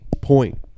point